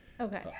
Okay